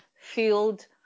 field